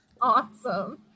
awesome